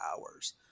hours